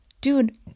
dude